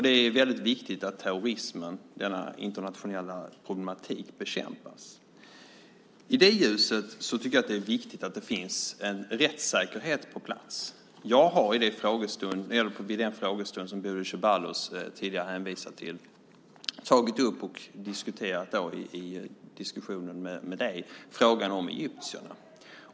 Det är väldigt viktigt att terrorismen, denna internationella problematik, bekämpas. I ljuset av det tycker jag att det är viktigt att det finns en rättssäkerhet på plats. Jag har vid den frågestund som Bodil Ceballos tidigare hänvisade till tagit upp och diskuterat frågan om egyptierna med henne.